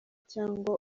cyangwa